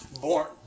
born